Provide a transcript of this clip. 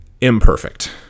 imperfect